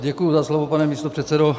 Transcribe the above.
Děkuji za slovo, pane místopředsedo.